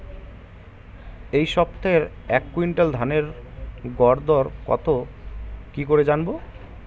এই সপ্তাহের এক কুইন্টাল ধানের গর দর কত কি করে জানবো?